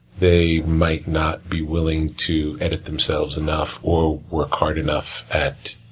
they might not be willing to edit themselves enough, or work hard enough at